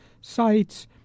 sites